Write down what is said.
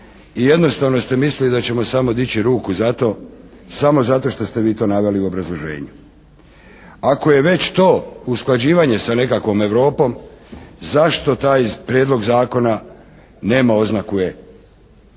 i jednostavno ste mislili da ćemo samo dići ruku za to samo zato što ste vi to naveli u obrazloženju. Ako je već to usklađivanje sa nekakvom Europom zašto taj prijedlog zakona nema oznaku: